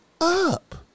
up